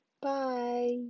Bye